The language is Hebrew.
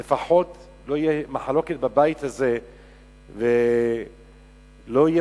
שלפחות לא תהיה מחלוקת בבית הזה ולא יהיה